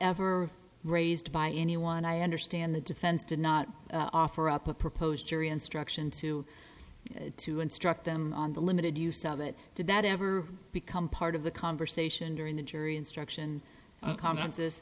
ever raised by anyone i understand the defense did not offer up a proposed jury instruction to to instruct them on the limited use of it did that ever become part of the conversation during the jury instruction